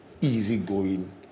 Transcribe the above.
easygoing